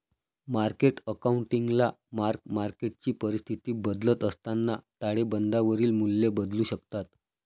market अकाउंटिंगला mark मार्केटची परिस्थिती बदलत असताना ताळेबंदावरील मूल्ये बदलू शकतात